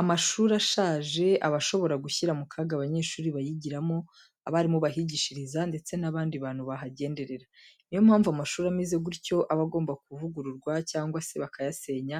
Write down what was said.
Amashuri ashaje aba ashobora gushyira mu kaga abanyeshuri bayigiramo, abarimu bahigisha ndetse n'abandi bantu bahagenderera. Ni yo mpamvu amashuri ameze gutyo aba agomba kuvugururwa cyangwa se bakayasenya